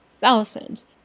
Thousands